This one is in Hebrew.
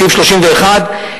בסעיף 31,